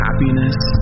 happiness